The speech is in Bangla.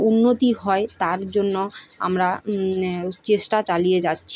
উন্নতি হয় তার জন্য আমরা চেষ্টা চালিয়ে যাচ্ছি